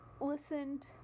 listened